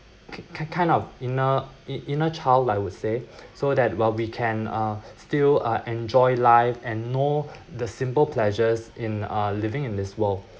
ki~ kind kind of inner inner child I would say so that while we can uh still uh enjoy life and know the simple pleasures in uh living in this world